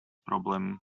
problem